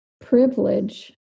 privilege